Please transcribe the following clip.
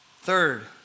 Third